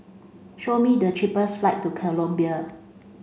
show me the cheapest flight to Colombia